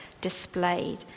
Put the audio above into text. displayed